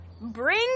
bring